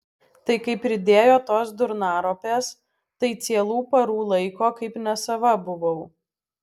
tai kai pridėjo tos durnaropės tai cielų parų laiko kaip nesava buvau